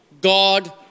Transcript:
God